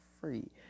free